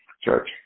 church